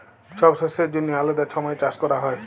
ছব শস্যের জ্যনহে আলেদা ছময় চাষ ক্যরা হ্যয়